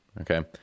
Okay